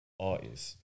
artist